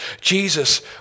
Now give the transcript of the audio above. Jesus